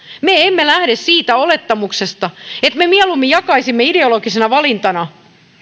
me emme lähde siitä olettamuksesta että me mieluummin jakaisimme ideologisena valintana